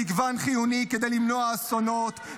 מגוון חיוני כדי למנוע אסונות,